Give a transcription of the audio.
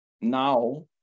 now